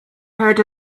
heard